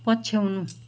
पछ्याउनु